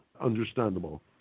understandable